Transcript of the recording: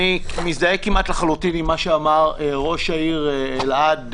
אני מזדהה כמעט לחלוטין עם מה שאמר ראש העיר אלעד,